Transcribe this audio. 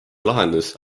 lahendus